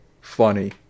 funny